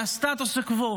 לסטטוס קוו